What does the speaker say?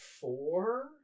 four